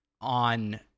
on